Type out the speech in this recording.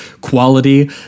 quality